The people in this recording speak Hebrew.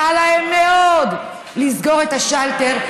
קל להם מאוד לסגור את השלטר,